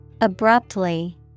Abruptly